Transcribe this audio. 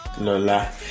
Lola